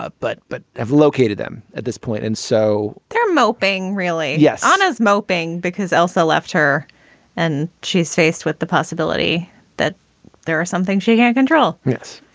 ah but but i've located them at this point and so they're moping. really? yes. hannah's moping because elsa left her and she's faced with the possibility that there are something she can't control. yes.